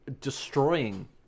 destroying